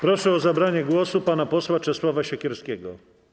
Proszę o zabranie głosu pana posła Czesława Siekierskiego.